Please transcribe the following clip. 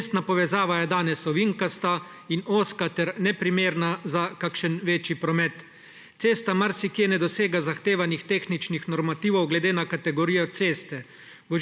Cestna povezava je danes ovinkasta in ozka ter neprimerna za kakšen večji promet. Cesta marsikje ne dosega zahtevanih tehničnih normativov glede na kategorijo ceste.